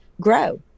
grow